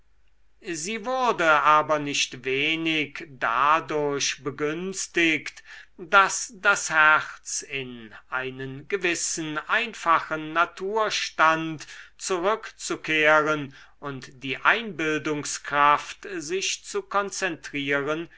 sie wurde aber nicht wenig dadurch begünstigt daß das herz in einen gewissen einfachen naturstand zurückzukehren und die einbildungskraft sich zu konzentrieren